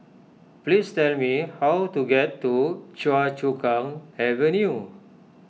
please tell me how to get to Choa Chu Kang Avenue